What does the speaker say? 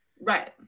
right